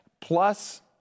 plus